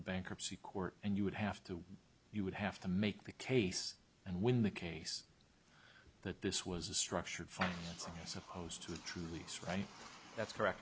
the bankruptcy court and you would have to you would have to make the case and win the case that this was a structured fight supposed to truly right that